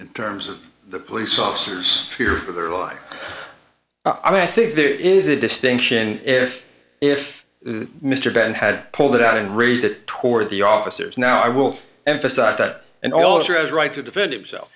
in terms of the police officers fear for their lives and i think there is a distinction if if mr bennett had pulled it out and raised it toward the officers now i will emphasize that and all sure i was right to defend itself